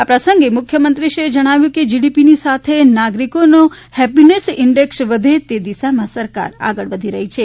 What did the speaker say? આ પ્રસંગે મુખ્યામંત્રીશ્રીએ જણાવ્યું હતું કે જીડીપીની સાથે નાગરિકોનો હેપ્પીનેસ ઇન્ડેક્ષ વધે તે દિશામાં સરકાર આગળ વધી રહી છે